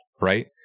Right